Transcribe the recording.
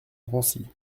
drancy